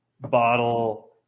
bottle